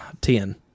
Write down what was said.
ten